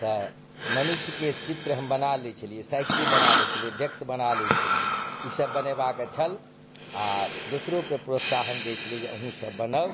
तऽ मनुष्यके चित्र हम बना लै छलियै साइकिल बना लै छलियै डेक्स बना लै छलियै ई सभ बनेबाक छल आओर दोसरोके प्रोत्साहन दै छलै जे अहुँ सभ बनाउ